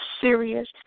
serious